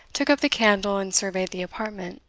took up the candle and surveyed the apartment.